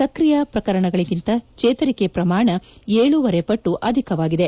ಸ್ಕ್ರಿಯ ಪ್ರಕರಣಗಳಗಿಂತ ಚೇತರಿಕೆ ಪ್ರಮಾಣ ಏಳೂವರೆ ಪಟ್ಟು ಅಧಿಕವಾಗಿದೆ